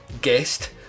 guest